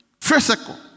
physical